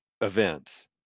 events